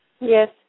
Yes